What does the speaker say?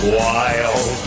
wild